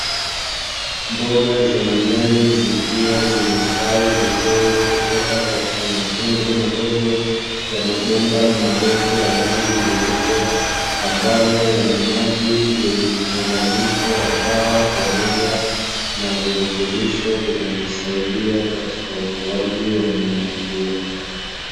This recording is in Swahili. Mboga za majani zikiwa zimestawi vizuri kutoka katika matundu madogo, ya mabomba marefu ya rangi nyeupe, ambayo yana maji yenye mchanganyiko wa dawa pamoja na virutubisho vinavyosaidia katika ukuaji wa mimea hiyo.